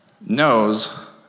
knows